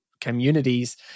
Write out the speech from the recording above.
communities